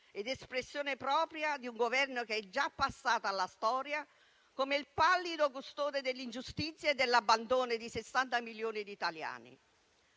ed espressione propria di un Governo che è già passato alla storia come il pallido custode dell'ingiustizia e dell'abbandono di 60 milioni di italiani.